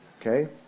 Okay